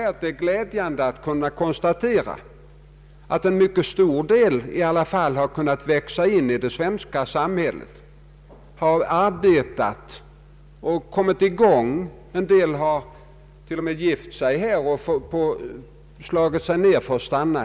Det är glädjande att kunna konstatera att en mycket stor del ändå kunnat växa in i det svenska samhället. Några har till och med gift sig här och slagit sig ner för att stanna.